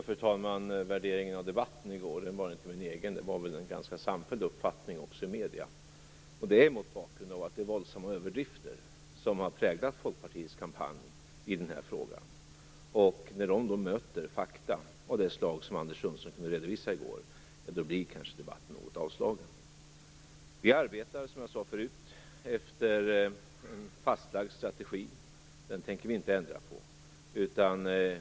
Fru talman! Värderingen av debatten i går var inte min egen. Det var en ganska samfälld uppfattning också i medierna, mot bakgrund av de våldsamma överdrifter som har präglat Folkpartiets kampanj i denna fråga. När de möter fakta av det slag som Anders Sundström kunde redovisa i går blir debatten kanske något avslagen. Vi arbetar, som jag sade förut, efter en fastlagd strategi. Den tänker vi inte ändra på.